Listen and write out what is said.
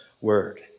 word